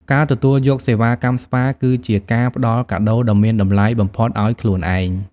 ការទទួលយកសេវាកម្មស្ប៉ាគឺជាការផ្ដល់កាដូដ៏មានតម្លៃបំផុតឱ្យខ្លួនឯង។